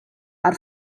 are